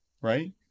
Right